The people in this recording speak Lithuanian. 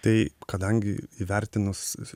tai kadangi įvertinus